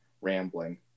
rambling